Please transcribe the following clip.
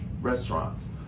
restaurants